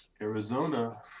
Arizona